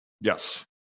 yes